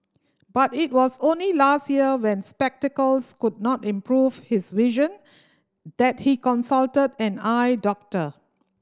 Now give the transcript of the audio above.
but it was only last year when spectacles could not improve his vision that he consulted an eye doctor